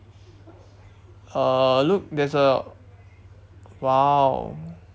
uh look there's a !wow!